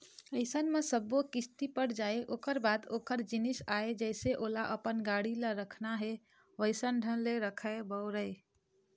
अइसन म जब सब्बो किस्ती पट जाय ओखर बाद ओखर जिनिस आय जइसे ओला अपन गाड़ी ल रखना हे वइसन ढंग ले रखय, बउरय